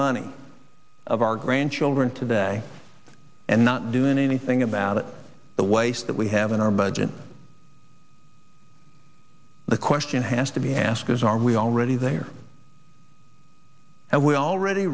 money of our grandchildren today and not doing anything about it the waste that we have in our budget the question has to be asked is are we already there and we already